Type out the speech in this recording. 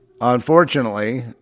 unfortunately